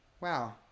Wow